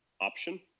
option